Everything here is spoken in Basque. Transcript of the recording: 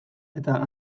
eta